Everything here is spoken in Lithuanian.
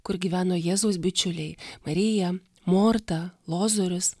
kur gyveno jėzaus bičiuliai marija morta lozorius